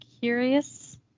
curious